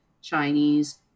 Chinese